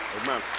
Amen